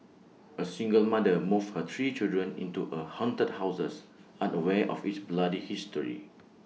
A single mother moves her three children into A haunted houses unaware of its bloody history